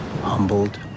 humbled